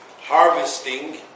harvesting